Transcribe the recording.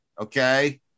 Okay